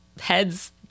heads